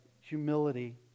humility